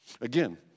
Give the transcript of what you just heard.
Again